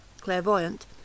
clairvoyant